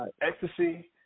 ecstasy